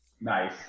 Nice